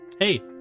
Hey